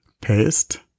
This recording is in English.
Paste